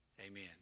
amen